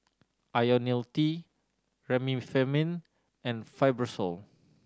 Ionil T Remifemin and Fibrosol